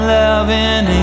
loving